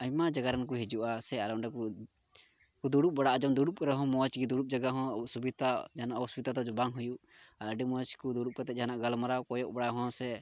ᱟᱭᱢᱟ ᱡᱟᱭᱜᱟ ᱨᱮᱱ ᱠᱚ ᱦᱤᱡᱩᱜᱼᱟ ᱥᱮ ᱚᱸᱰᱮ ᱠᱚ ᱫᱩᱲᱩᱵ ᱵᱟᱲᱟᱜᱼᱟ ᱫᱩᱲᱩᱵ ᱠᱚᱨᱮ ᱦᱚᱸ ᱢᱚᱡᱽ ᱜᱮ ᱫᱩᱲᱩᱵ ᱡᱟᱭᱜᱟ ᱦᱚᱸ ᱚᱥᱩᱵᱤᱫᱷᱟ ᱡᱟᱦᱟᱱᱟᱜ ᱚᱥᱩᱵᱤᱫᱷᱟ ᱫᱚ ᱵᱚᱞᱮ ᱵᱟᱝ ᱦᱩᱭᱩᱜ ᱟᱨ ᱟᱹᱰᱤ ᱢᱚᱡᱽ ᱠᱚ ᱫᱩᱲᱩᱵ ᱠᱟᱛᱮᱫ ᱡᱟᱦᱟᱱᱟᱜ ᱜᱟᱞᱢᱟᱨᱟᱣ ᱠᱚᱭᱚᱜ ᱵᱟᱲᱟ ᱦᱚᱸ ᱥᱮ